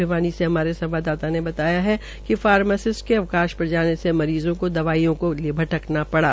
भिवानी से हमारे संवददाता ने बताया है कि फार्मासिस्ट के अवकाश पर जाने से मरीजों को दवाईयों के लिए भटकना पड़ा